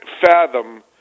fathom